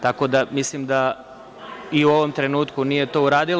Tako da, mislim da i u ovom trenutku nije to uradila.